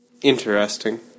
Interesting